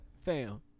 Fam